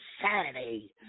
Saturday